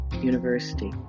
University